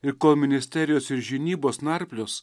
ir kol ministerijos ir žinybos narplios